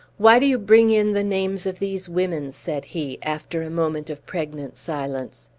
why do you bring in the names of these women? said he, after a moment of pregnant silence.